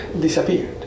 disappeared